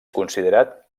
considerat